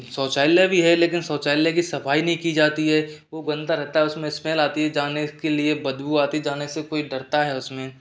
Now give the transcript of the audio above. शौचालय भी है लेकिन शौचालय की सफाई नहीं की जाती है वो गन्दा रहता है उसमें स्मेल आती है जाने के लिए बदबू आती है जाने से कोई डरता है उसमें